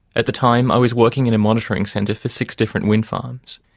at the time, i was working in a monitoring centre for six different wind farms.